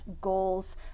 Goals